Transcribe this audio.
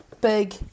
big